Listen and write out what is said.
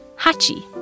Hachi